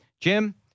Jim